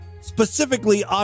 Specifically